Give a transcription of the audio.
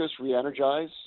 re-energize